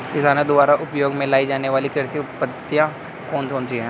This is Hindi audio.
किसानों द्वारा उपयोग में लाई जाने वाली कृषि पद्धतियाँ कौन कौन सी हैं?